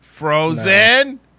Frozen